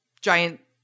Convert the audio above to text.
giant